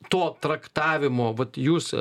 to traktavimo vat jūs